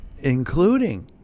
including